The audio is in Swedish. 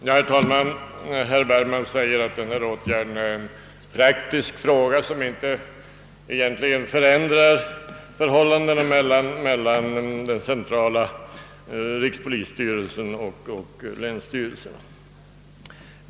Herr talman! Herr Bergman säger att det här gäller en praktisk åtgärd, som egentligen inte förändrar kompetensförhållandet mellan den centrala polisstyrelsen och länsstyrelserna.